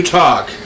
talk